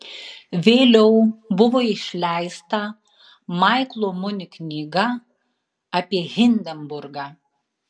vėliau buvo išleista maiklo muni knyga apie hindenburgą